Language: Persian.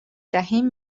دهیم